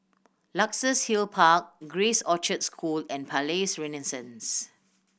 Luxus Hill Park Grace Orchard School and Palais Renaissance